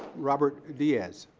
robert diaz.